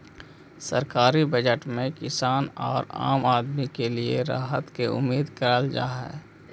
सरकारी बजट में किसान औउर आम आदमी के लिए राहत के उम्मीद करल जा हई